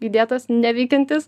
įdėtas neveikiantis